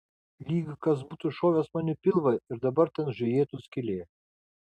lyg kas būtų šovęs man į pilvą ir dabar ten žiojėtų skylė